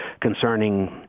concerning